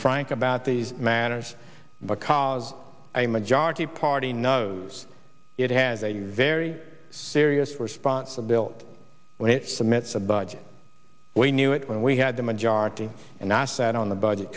about these matters because a majority party knows it has a very serious responsibility when it cements a budget we knew it when we had the majority and i sat on the budget